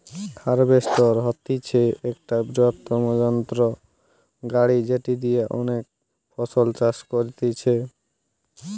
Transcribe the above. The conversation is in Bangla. হার্ভেস্টর হতিছে একটা বৃহত্তম যন্ত্র গাড়ি যেটি দিয়া অনেক ফসল চাষ করতিছে